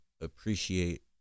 appreciate